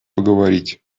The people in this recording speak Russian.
поговорить